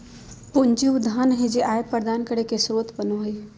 पूंजी उ धन हइ जे आय प्रदान करे के स्रोत बनो हइ